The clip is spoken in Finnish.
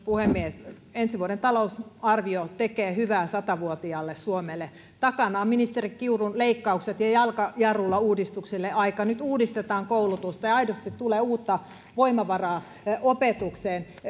puhemies ensi vuoden talousarvio tekee hyvää satavuotiaalle suomelle takana ovat ministeri kiurun leikkaukset ja jalka jarrulla uudistukselle aika nyt uudistetaan koulutusta ja aidosti tulee uutta voimavaraa opetukseen